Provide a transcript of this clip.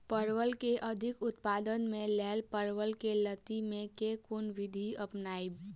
परवल केँ अधिक उत्पादन केँ लेल परवल केँ लती मे केँ कुन विधि अपनाबी?